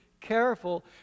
careful